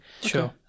Sure